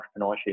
entrepreneurship